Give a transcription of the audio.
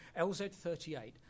LZ-38